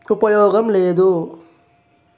ఉపయోగం లేదు